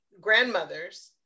grandmothers